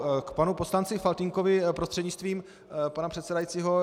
K panu poslanci Faltýnkovi prostřednictvím pana předsedajícího.